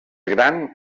gran